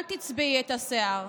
אל תצבעי את השיער,